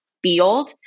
field